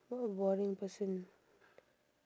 what a boring person